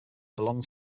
belong